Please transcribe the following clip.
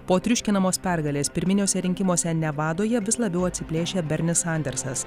po triuškinamos pergalės pirminiuose rinkimuose nevadoje vis labiau atsiplėšė bernis sandersas